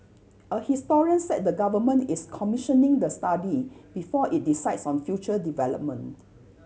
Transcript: a historian said the Government is commissioning the study before it decides on future development